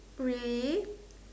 we